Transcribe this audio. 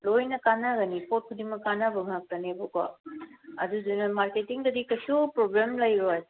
ꯂꯣꯏꯅ ꯀꯥꯟꯅꯒꯅꯤ ꯄꯣꯠ ꯈꯨꯗꯤꯡꯃꯛ ꯀꯥꯟꯅꯕ ꯉꯥꯛꯇꯅꯦꯕꯀꯣ ꯑꯗꯨꯗꯨꯅ ꯃꯥꯔꯀꯦꯠꯇꯤꯡꯗꯗꯤ ꯀꯩꯁꯨ ꯄ꯭ꯔꯣꯕ꯭ꯂꯦꯝ ꯂꯩꯔꯣꯏ